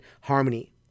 harmony